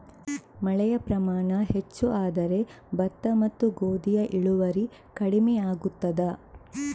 ಮಳೆಯ ಪ್ರಮಾಣ ಹೆಚ್ಚು ಆದರೆ ಭತ್ತ ಮತ್ತು ಗೋಧಿಯ ಇಳುವರಿ ಕಡಿಮೆ ಆಗುತ್ತದಾ?